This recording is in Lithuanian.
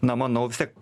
na manau vis tiek